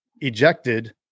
ejected